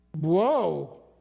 whoa